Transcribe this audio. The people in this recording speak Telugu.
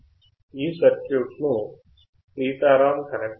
ఈ సర్క్యూట్ను సీతారామ్ కనెక్ట్ చేశారు